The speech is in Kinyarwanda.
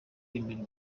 bemeje